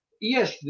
yes